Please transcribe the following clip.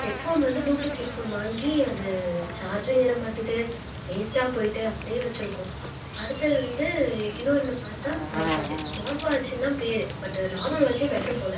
head phone வந்து bluetooth headphone வாங்கி அது சார்ஜும் ஏற மாட்டேது வேஸ்ட்டாக போய்விட்டு அப்படியே வெச்சுருக்கோம் அடுத்து வந்து இன்னொன்னு பார்த்தா ஸ்மார்ட் வாட்சு ஸ்மார்ட் வாட்சுன்னு தான் பேர் பட்டு நார்மல் வாட்சே பெட்ரு போல்